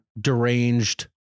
deranged